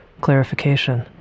clarification